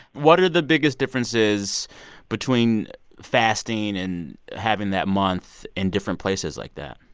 what are the biggest differences between fasting and having that month in different places like that?